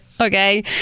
okay